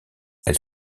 elle